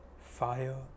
Fire